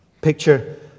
Picture